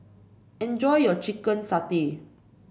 enjoy your Chicken Satay